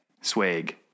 swag